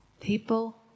people